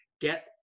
get